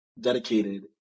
dedicated